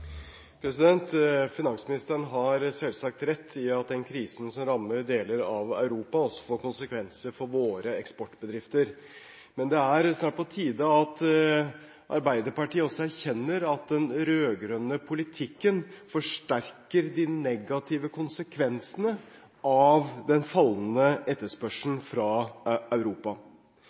Finansministeren har selvsagt rett i at den krisen som rammer deler av Europa, også får konsekvenser for våre eksportbedrifter. Men det er snart på tide at Arbeiderpartiet også erkjenner at den rød-grønne politikken forsterker de negative konsekvensene av den fallende etterspørselen fra Europa.